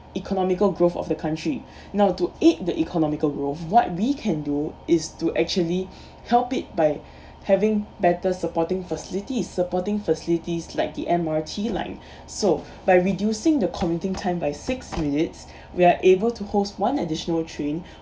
economical growth of the country now to aid the economical growth what we can do is to actually help it by having better supporting facility supporting facilities like the M_R_T line so by reducing the commuting time by six minutes we are able to host one additional train